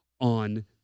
on